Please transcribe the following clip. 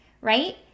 right